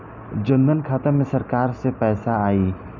जनधन खाता मे सरकार से पैसा आई?